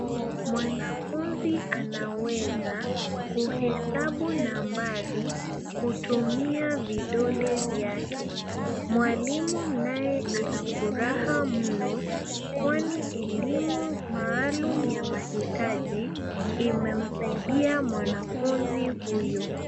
Mwanafunzi anaweza kuhesabu nambari kutumia vidole vyake. Mwalimu naye ana furaha mno kwani elimu maalum ya mahitaji imemsaidia mwanafunzi huyo.